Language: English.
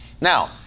Now